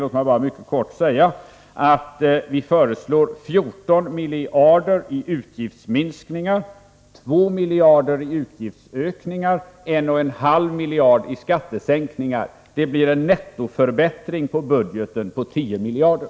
Låt mig bara mycket kort säga att vi föreslår 14 miljarder i utgiftsminskningar, 2 miljarder i utgiftsökningar och 1,5 miljarder i skattesänkningar. Det blir en nettoförbättring av budgeten med 10 miljarder.